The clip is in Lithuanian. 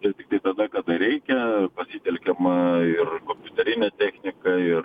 ir tiktai tada kada reikia pasitelkiama ir kompiuterinė technika ir